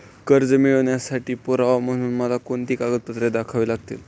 कर्ज मिळवण्यासाठी पुरावा म्हणून मला कोणती कागदपत्रे दाखवावी लागतील?